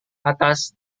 atas